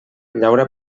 llaura